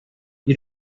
you